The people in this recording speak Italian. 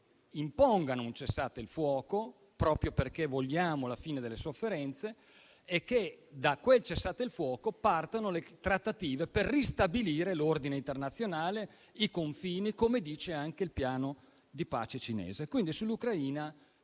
impongano un cessate il fuoco, proprio perché vogliamo la fine delle sofferenze e che da quel cessate il fuoco partano le trattative per ristabilire l'ordine internazionale e i confini, come dice anche il piano di pace cinese. Quindi, sull'Ucraina